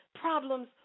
problems